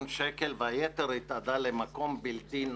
שקלים והיתר התאדה למקום בלתי נודע.